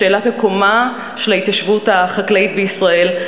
בשאלת מקומה של ההתיישבות החקלאית בישראל?